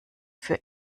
für